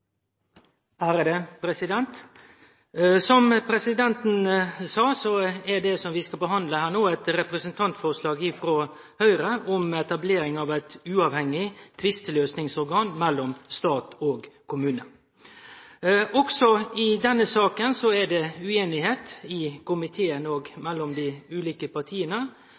anses vedtatt. Som presidenten sa, er det vi skal behandle no, eit representantforslag frå Høgre om etablering av eit uavhengig tvisteløysingsorgan mellom stat og kommune. Også i denne saka er det usemje i komiteen og mellom dei ulike partia,